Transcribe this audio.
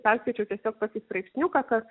perskaičiau tiesiog tokį straipsniuką kad